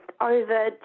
over